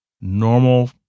normal